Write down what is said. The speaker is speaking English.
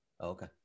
Okay